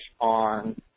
on